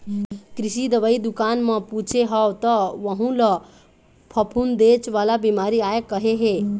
कृषि दवई दुकान म पूछे हव त वहूँ ल फफूंदेच वाला बिमारी आय कहे हे